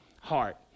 heart